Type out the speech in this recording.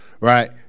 right